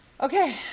Okay